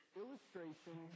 illustration